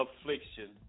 affliction